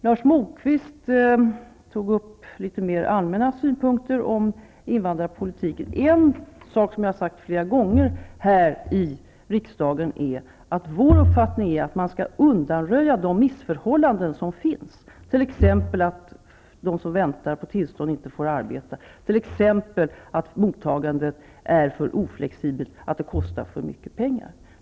Lars Moquist tog upp litet mer allmänna synpunkter om invandrarpolitiken. En sak jag har sagt flera gånger här i riksdagen är att vår uppfattning är att man skall undanröja de missförhållanden som finns, t.ex. att de som väntar på tillstånd inte får arbeta, att mottagandet inte är tillräckligt flexibelt och att det kostar för mycket pengar.